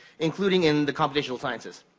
including in the computational sciences.